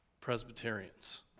Presbyterians